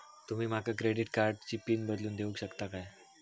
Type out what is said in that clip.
तुमी माका क्रेडिट कार्डची पिन बदलून देऊक शकता काय?